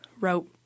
wrote